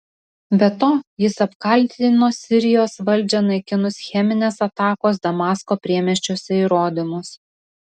be to jis apkaltino sirijos valdžią naikinus cheminės atakos damasko priemiesčiuose įrodymus